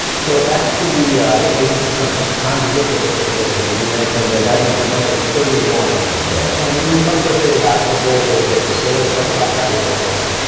so back to the the patients who come from congregant living facilities, you mentioned that that number currently is thirty one. that's right. and we talked yesterday about avoidable days, so let's talk about that a little bit more.